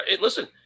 Listen